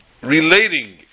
relating